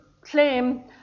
claim